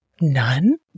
None